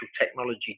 technology